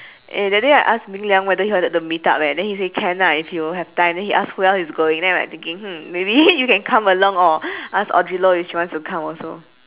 eh that day I ask ming liang whether he wanted to meet up leh then he say can lah if he will have time then he ask who else is going then I'm like thinking hmm maybe you can come along or ask audrey loh if she wants to come also